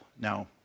Now